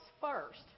first